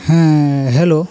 ᱦᱮᱸ ᱦᱮᱞᱳ